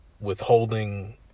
withholding